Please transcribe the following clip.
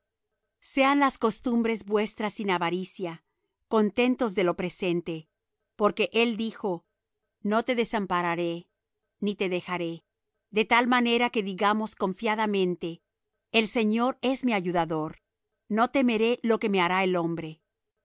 sean las costumbres vuestras sin avaricia contentos de lo presente porque él dijo no te desampararé ni te dejaré de tal manera que digamos confiadamente el señor es mi ayudador no temeré lo que me hará el hombre